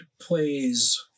plays